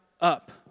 up